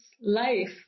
life